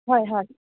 হয় হয়